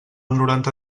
noranta